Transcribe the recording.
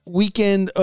weekend